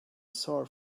sore